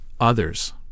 others